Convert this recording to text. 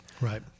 right